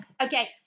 okay